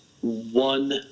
One